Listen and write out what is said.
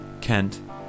Kent